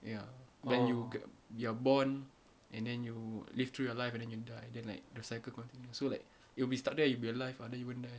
ya when you get you're born and then you live through your life and then you die then like the cycle continues so like it will be stuck there you'll be alive ah then you wouldn't die ah